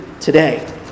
today